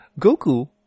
Goku